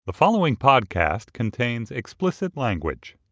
the following podcast contains explicit language.